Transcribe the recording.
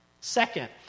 Second